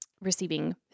receiving